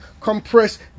compressed